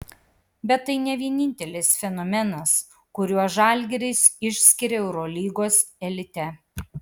bet tai ne vienintelis fenomenas kuriuo žalgiris išskiria eurolygos elite